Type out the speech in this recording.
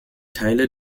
teile